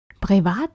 Privat